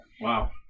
Wow